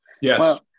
Yes